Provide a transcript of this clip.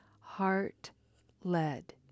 heart-led